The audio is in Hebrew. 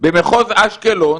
במחוז אשקלון,